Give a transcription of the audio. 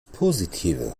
positive